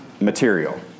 material